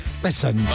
Listen